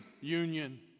union